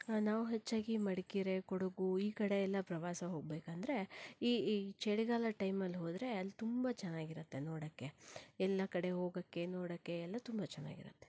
ನಾವು ಹೆಚ್ಚಾಗಿ ಮಡಿಕೇರಿ ಕೊಡಗು ಈ ಕಡೆ ಎಲ್ಲ ಪ್ರವಾಸ ಹೋಗಬೇಕೆಂದರೆ ಈ ಈ ಚಳಿಗಾಲ ಟೈಮಲ್ಲಿ ಹೋದರೆ ಅಲ್ಲಿ ತುಂಬ ಚೆನ್ನಾಗಿರತ್ತೆ ನೋಡಕ್ಕೆ ಎಲ್ಲ ಕಡೆ ಹೋಗಕ್ಕೆ ನೋಡಕ್ಕೆ ಎಲ್ಲ ತುಂಬ ಚೆನ್ನಾಗಿರತ್ತೆ